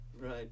right